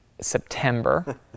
September